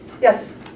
Yes